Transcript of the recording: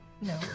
no